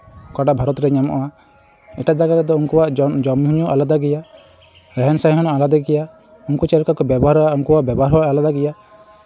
ᱚᱠᱟᱴᱟᱜ ᱵᱷᱟᱨᱚᱛ ᱨᱮ ᱧᱟᱢᱚᱜᱼᱟ ᱮᱴᱟᱜ ᱡᱟᱭᱜᱟ ᱨᱮᱫᱚ ᱩᱱᱠᱩᱣᱟᱜ ᱡᱚᱢᱼᱧᱩ ᱦᱚᱸ ᱟᱞᱟᱫᱟ ᱜᱮᱭᱟ ᱟᱞᱟᱫᱟ ᱜᱮᱭᱟ ᱩᱱᱠᱩ ᱪᱮᱫ ᱞᱮᱠᱟ ᱠᱚ ᱵᱮᱵᱚᱦᱟᱨᱚᱜᱼᱟ ᱩᱱᱠᱩᱣᱟᱜ ᱵᱮᱵᱚᱦᱟᱨ ᱦᱚᱸ ᱟᱞᱟᱫᱟ ᱜᱮᱭᱟ